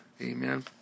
Amen